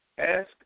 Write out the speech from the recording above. Ask